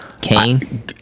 Kane